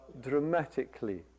dramatically